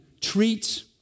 treats